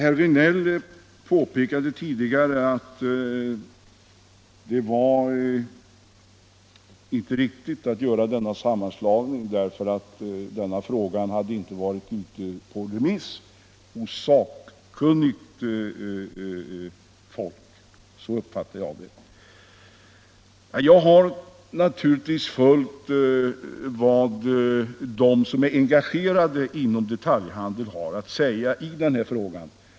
Herr Regnéll påpekade tidigare att det inte var riktigt att göra en sådan sammanslagning, eftersom denna fråga inte hade varit ute på remiss hos sakkunnigt folk — så uppfattade jag det. Jag har naturligtvis följt vad de som är engagerade inom detaljhandeln har att säga i frågan.